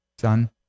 son